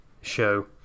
show